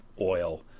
oil